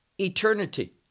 eternity